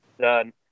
done